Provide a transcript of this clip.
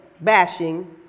bashing